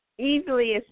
Easily